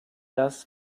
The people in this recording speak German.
das